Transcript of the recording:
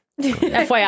FYI